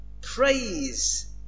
Praise